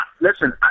listen